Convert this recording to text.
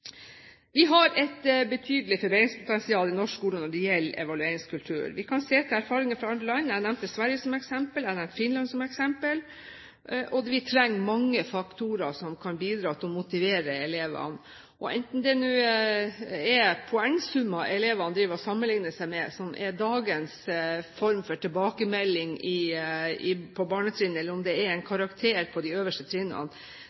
Vi har et betydelig forbedringspotensial i norsk skole når det gjelder evalueringskultur. Vi kan se til erfaringene fra andre land. Jeg nevnte Sverige som eksempel, og jeg nevnte Finland som eksempel. Vi trenger mange faktorer som kan bidra til å motivere elevene. Enten det nå er poengsummer elevene driver og sammenligner seg med, som er dagens form for tilbakemelding på barnetrinnet, eller om det er en karakter på de øverste trinnene,